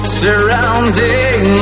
surrounding